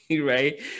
right